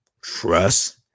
trust